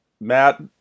Matt